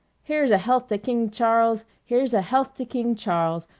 here's a health to king charles, here's a health to king charles,